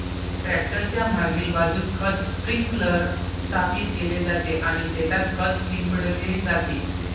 tractor च्या मागील बाजूस खत स्प्रिंकलर स्थापित केले जाते आणि शेतात खत शिंपडले जाते